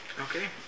Okay